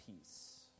peace